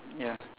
ya